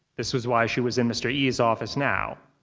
this was why she was in mr. yi's office now.